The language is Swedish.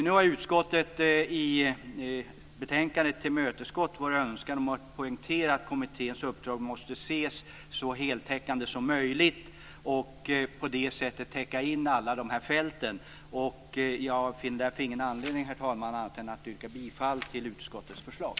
Nu har utskottet i betänkandet tillmötesgått vår önskan om att poängtera att kommitténs uppdrag måste ses så heltäckande som möjligt och täcka in alla de här fälten. Jag finner därför ingen anledning, herr talman, att yrka annat än bifall till utskottets förslag.